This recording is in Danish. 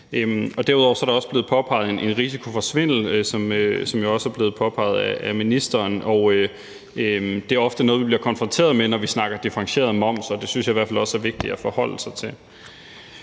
Derudover er der også blev påpeget en risiko for svindel, også ministeren påpegede det, og det er ofte noget, man bliver konfronteret med, når vi snakker differentieret moms, og det synes jeg i hvert fald også er vigtigt at forholde sig til.